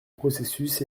processus